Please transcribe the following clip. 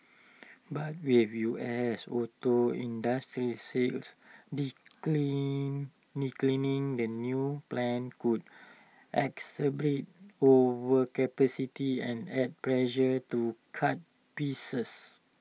but with U S auto industry sales declining declining the new plant could exacerbate overcapacity and add pressure to cut pieces